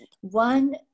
One